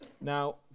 Now